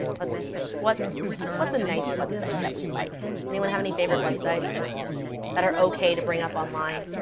let's see, what's what's a nice website that we like? anyone have any favorite websites that are ok to bring up online?